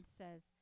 says